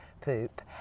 poop